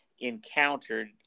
encountered